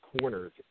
corners